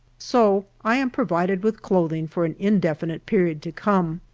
so i am provided with clothing for an indefinite period to come.